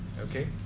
Okay